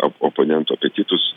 op oponentų apetitus